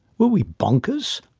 were we bonkers?